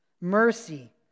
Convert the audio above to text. Mercy